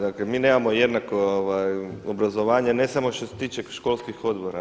Dakle, mi nemamo jednako obrazovanje ne samo što se tiče školskih odbora.